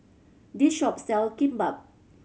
this shop sell Kimbap